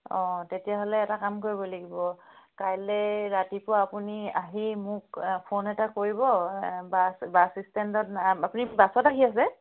অঁ তেতিয়াহ'লে এটা কাম কৰিব লাগিব কাইলৈ ৰাতিপুৱা আপুনি আহি মোক ফোন এটা কৰিব বাছ বাছ ষ্টেণ্ডত আপুনি বাছত আহি আছে